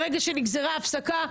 ברגע שנגזרה ההפסקה,